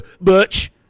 Butch